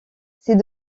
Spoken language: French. ces